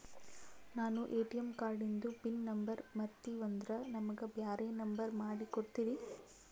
ನಾನು ಎ.ಟಿ.ಎಂ ಕಾರ್ಡಿಂದು PIN number ಮರತೀವಂದ್ರ ನಮಗ ಬ್ಯಾರೆ ನಂಬರ್ ಮಾಡಿ ಕೊಡ್ತೀರಿ?